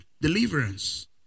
deliverance